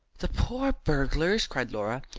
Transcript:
the poor burglars! cried laura.